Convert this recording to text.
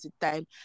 time